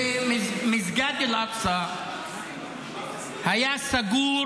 מסגד אל-אקצא היה סגור